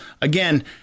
again